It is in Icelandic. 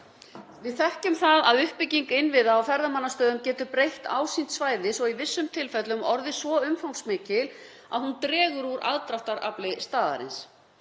Við þekkjum það að uppbygging innviða á ferðamannastöðum getur breytt ásýnd svæðis og í vissum tilfellum orðið svo umfangsmikil að hún dregur úr aðdráttarafli staðarins.